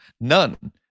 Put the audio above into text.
none